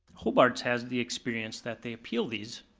hobartz has the experience that they appeal these,